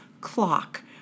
clock